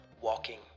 walking